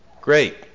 great